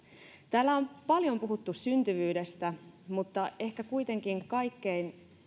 täällä on paljon puhuttu syntyvyydestä mutta ehkä kuitenkin kaikkein